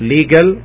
Legal